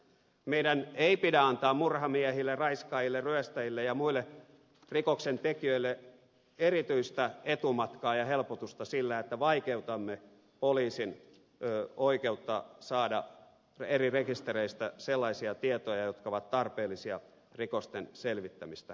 meidän ei pidä antaa murhamiehille raiskaajille ryöstäjille ja muille rikoksentekijöille erityistä etumatkaa ja helpotusta sillä että vaikeutamme poliisin oikeutta saada eri rekistereistä sellaisia tietoja jotka ovat tarpeellisia rikosten selvittämistä varten